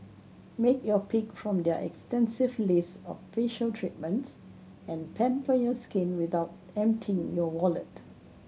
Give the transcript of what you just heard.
make your pick from their extensive list of facial treatments and pamper your skin without emptying your wallet